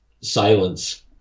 silence